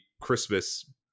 christmas